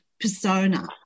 persona